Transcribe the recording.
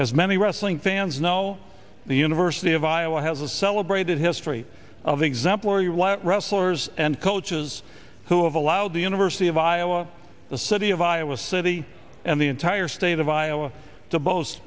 as many wrestling fans now the university of iowa has a celebrated history of example where you want wrestlers and cultures who have allowed the university of iowa the city of iowa city and the entire state of iowa to boast